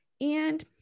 And-